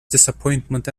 disappointment